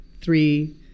three